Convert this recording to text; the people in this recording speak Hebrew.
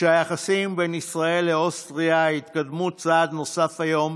שהיחסים בין ישראל לאוסטריה התקדמו צעד נוסף היום